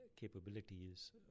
capabilities